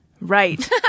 Right